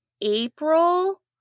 April